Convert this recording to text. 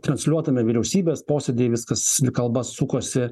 transliuotame vyriausybės posėdy viskas kalba sukosi